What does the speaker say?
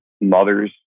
mothers